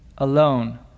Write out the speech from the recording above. Alone